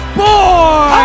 boy